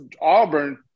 Auburn